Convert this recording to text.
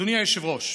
אדוני היושב-ראש,